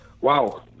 Wow